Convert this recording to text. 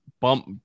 bump